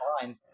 fine